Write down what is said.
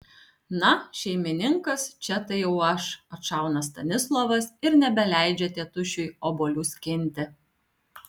na šeimininkas čia tai jau aš atšauna stanislovas ir nebeleidžia tėtušiui obuolių skinti